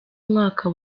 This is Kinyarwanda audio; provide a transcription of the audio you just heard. mwaka